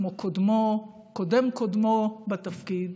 כמו קודם קודמו בתפקיד,